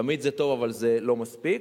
תמיד זה טוב, אבל זה לא מספיק.